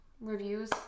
reviews